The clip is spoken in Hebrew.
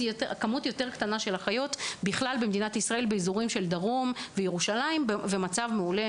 בדרום ובירושלים יש כמות קטנה ובאזור הצפון המצב מעולה,